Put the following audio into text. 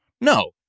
No